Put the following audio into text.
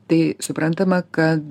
tai suprantama kad